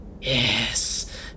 Yes